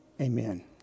Amen